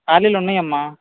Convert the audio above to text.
ఖాళీలు ఉన్నాయి అమ్మ